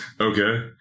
Okay